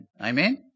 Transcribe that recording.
Amen